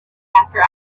after